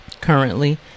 currently